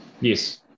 Yes